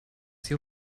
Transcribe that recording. sie